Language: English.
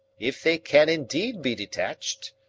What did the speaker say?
if they can indeed be detached,